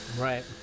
right